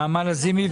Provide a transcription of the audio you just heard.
נעמה לזימי.